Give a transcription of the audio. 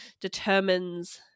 determines